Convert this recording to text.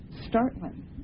startling